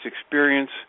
experience